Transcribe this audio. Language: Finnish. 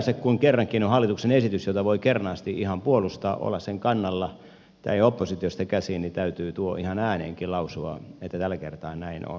ylipäänsä kun kerrankin on hallituksen esitys jota voi kernaasti ihan puolustaa olla sen kannalla näin oppositiosta käsin niin täytyy ihan ääneenkin lausua että tällä kertaa näin on